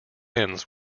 ends